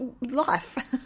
life